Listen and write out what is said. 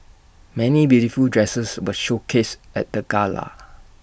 many beautiful dresses were showcased at the gala